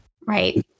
Right